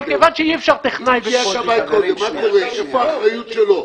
אבל כיוון שאי אפשר טכנאי ------ איפה האחריות שלו?